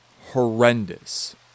horrendous